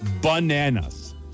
bananas